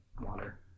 water